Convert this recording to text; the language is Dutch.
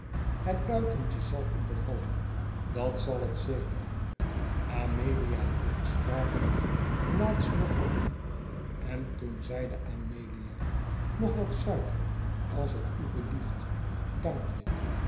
het buitentje zal u bevallen dat zal het zeker amelia en ik spraken laatst nog van u en toen zeide amelia nog wat suiker als het ubelieft dank je